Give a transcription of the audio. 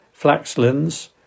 Flaxlands